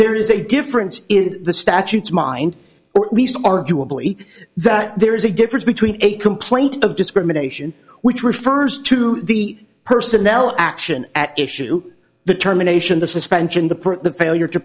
there is a difference in the statutes mine or at least arguably that there is a difference between a complaint of discrimination which refers to the personnel action at issue the terminations the suspension the print the failure to